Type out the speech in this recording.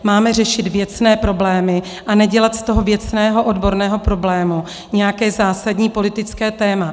Máme řešit věcné problémy a nedělat z toho věcného, odborného problému nějaké zásadní politické téma.